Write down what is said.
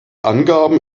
angaben